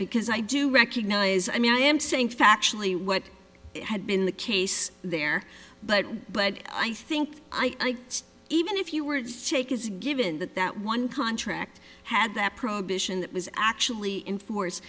because i do recognize i mean i am saying factually what had been the case there but but i think i've even if you were to take as a given that that one contract had that prohibition that was actually in force